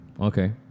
Okay